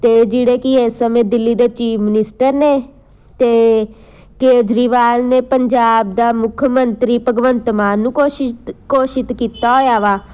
ਅਤੇ ਜਿਹੜੇ ਕਿ ਇਸ ਸਮੇਂ ਦਿੱਲੀ ਦੇ ਚੀਫ ਮਨਿਸਟਰ ਨੇ ਅਤੇ ਕੇਜਰੀਵਾਲ ਨੇ ਪੰਜਾਬ ਦਾ ਮੁੱਖ ਮੰਤਰੀ ਭਗਵੰਤ ਮਾਨ ਨੂੰ ਕੋਸ਼ਿਸ਼ ਘੋਸ਼ਿਤ ਕੀਤਾ ਹੋਇਆ ਵਾ